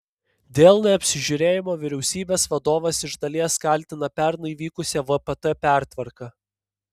dėl neapsižiūrėjimo vyriausybės vadovas iš dalies kaltina pernai vykusią vpt pertvarką